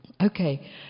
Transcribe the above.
Okay